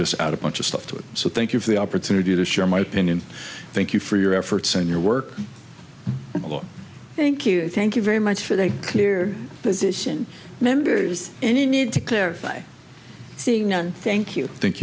just out a bunch of stuff to it so thank you for the opportunity to share my opinion thank you for your efforts and your work thank you thank you very much for a clear position members and you need to clarify seeing none thank you thank